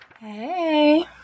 Hey